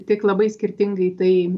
tik labai skirtingai tai